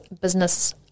business